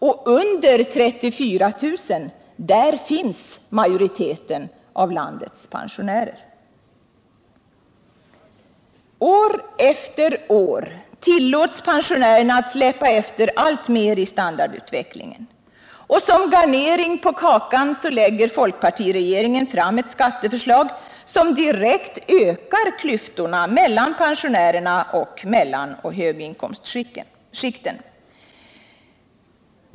Och under 34 000 finns majoriteten av landets pensionärer! År efter år tillåts pensionärerna släpa efter alltmer i standardutvecklingen. Och som garnering på kakan lägger folkpartiregeringen fram ett skatteförslag, som direkt ökar klyftorna mellan pensionärerna och mellanoch höginkomstskikten.